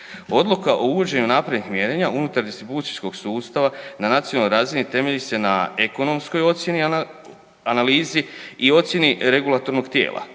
Odluka o uvođenju naprednih mjerenja unutar distribucijskog sustava na nacionalnoj razini temelji se na ekonomskoj ocjeni analizi i ocjeni regulatornog tijela